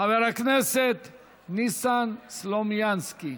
חבר הכנסת ניסן סלומינסקי.